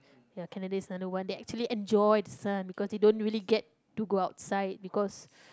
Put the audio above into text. ya Canada is another one they actually enjoyed the sun because they don't really get to go outside because